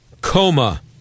coma